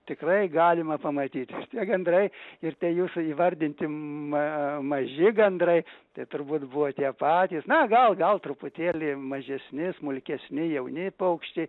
tikrai galima pamatyt šitiek gandrai ir tie jūsų įvardinti ma maži gandrai tai turbūt buvo patys na gal gal truputėlį mažesni smulkesni jauni paukščiai